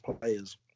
players